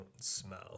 smell